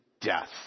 death